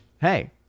Hey